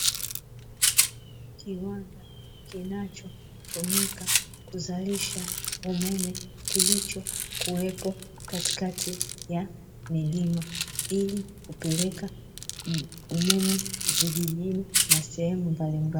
Kiwanda kinachotumika kutoa huduma ya umeme Kilicho kuwepo katikati ya milima ili kupeleka umeme vijijini na sehemu mbalimbali .